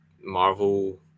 Marvel